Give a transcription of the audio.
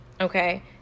okay